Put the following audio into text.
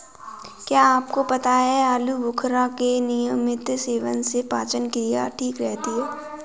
क्या आपको पता है आलूबुखारा के नियमित सेवन से पाचन क्रिया ठीक रहती है?